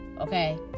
Okay